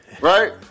Right